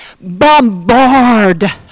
bombard